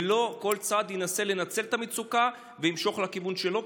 ולא כל צד ינסה לנצל את המצוקה וימשוך לכיוון שלו.